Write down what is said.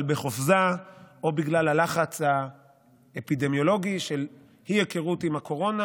אבל בחופזה או בגלל הלחץ האפידמיולוגי של אי-היכרות עם הקורונה